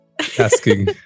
asking